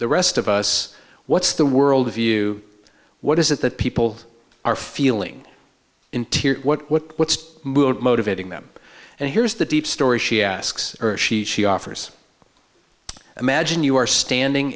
the rest of us what's the world of you what is it that people are feeling in tears what's motivating them and here's the deep story she asks or she she offers imagine you are standing